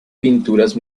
pinturas